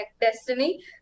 destiny